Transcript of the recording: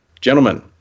Gentlemen